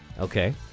Okay